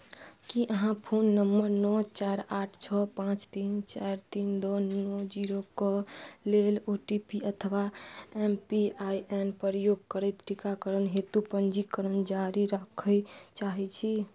की अहाँ phone number नओ चारि आठ छओ पाँच तीन चारि तीन दू नओ जीरोके लेल ओ टी पी अथवा एम पी आइ एन प्रयोग करैत टीकाकरण हेतु पञ्जीकरण जारी राखय चाहैत छी